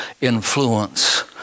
influence